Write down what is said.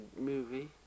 movie